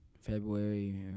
February